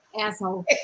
asshole